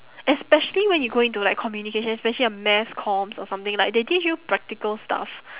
especially when you go into like communications especially a mass comms or something like they teach you practical stuff